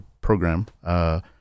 program